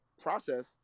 process